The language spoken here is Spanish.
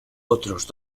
otros